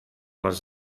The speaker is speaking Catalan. les